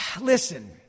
listen